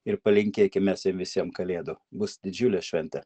ir palinkėkim mes jiem visiem kalėdų bus didžiulė šventė